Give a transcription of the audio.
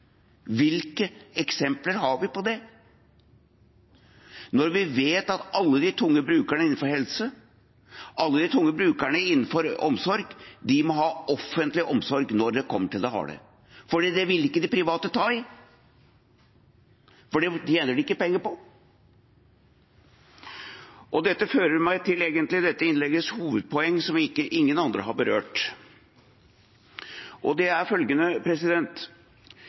Hvilke eksempler har vi på det – når vi vet at alle de tunge brukerne innenfor helse, alle de tunge brukerne innenfor omsorg, må ha offentlig omsorg når det kommer til det harde? Det vil ikke de private ta i, for det tjener de ikke penger på. Dette fører meg til dette innleggets hovedpoeng, som ingen andre har berørt, og det er følgende: